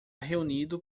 reunido